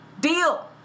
Deal